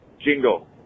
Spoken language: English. jingle